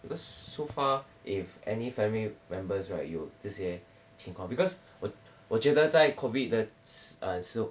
because so far if any family members right 有这些情况 because 我我觉得在 COVID 的 err 时